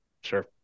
sure